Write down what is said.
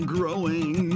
growing